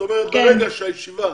ברגע שהישיבה